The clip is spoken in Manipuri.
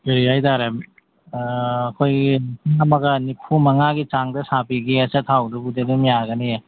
ꯀꯔꯤ ꯍꯥꯏꯇꯔꯦ ꯑꯩꯈꯣꯏꯒꯤ ꯂꯤꯁꯤꯡ ꯑꯃꯒ ꯅꯤꯐꯨ ꯃꯉꯥꯒꯤ ꯆꯥꯡꯗ ꯁꯥꯕꯤꯒꯦ ꯑꯆꯥ ꯊꯥꯎꯗꯨꯕꯨꯗꯤ ꯑꯗꯨꯝ ꯌꯥꯒꯅꯤꯌꯦ